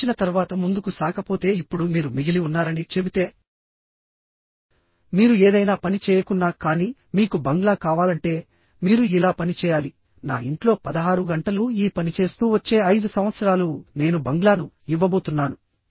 మీరు ఇచ్చిన తర్వాత ముందుకు సాగకపోతే ఇప్పుడు మీరు మిగిలి ఉన్నారని చెబితే మీరు ఏదైనా పని చేయకున్నా కానీ మీకు బంగ్లా కావాలంటే మీరు ఇలా పని చేయాలి నా ఇంట్లో 16 గంటలు ఈ పని చేస్తూ వచ్చే 5 సంవత్సరాలు నేను బంగ్లాను ఇవ్వబోతున్నాను